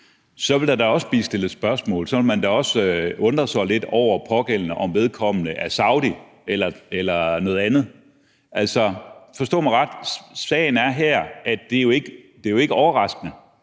så ville der da også blive stillet spørgsmål, og så ville man da også undre sig over pågældende, altså om vedkommende er saudi eller noget andet. Altså, forstå mig ret, sagen er her, at det jo ikke er overraskende,